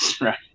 right